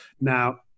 Now